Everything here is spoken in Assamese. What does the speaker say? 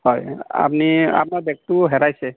হয় আপুনি আপোনাৰ বেগটো হেৰাইছে